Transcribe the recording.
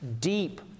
deep